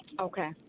Okay